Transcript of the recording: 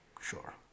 Sure